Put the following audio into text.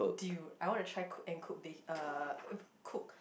dude I want to try cook and cook uh cook